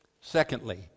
Secondly